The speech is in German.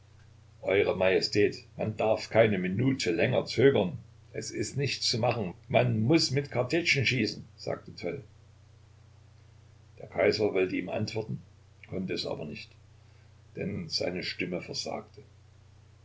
eure majestät man darf keine minute länger zögern es ist nichts zu machen man muß mit kartätschen schießen sagte toll der kaiser wollte ihm antworten konnte es aber nicht denn seine stimme versagte